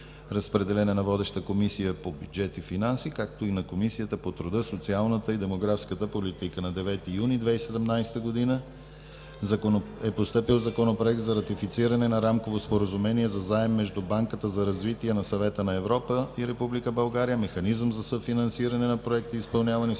на водеща Комисия по бюджет и финанси, както и на Комисията по труда, социалната и демографската политика. На 9 юни 2017 г. е постъпил Законопроект за ратифициране на Рамково споразумение за заем между Банката за развитие на Съвета на Европа и Република България, механизъм за съфинансиране на проекти, изпълнявани със средства